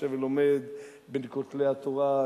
יושב ולומד בין כותלי התורה,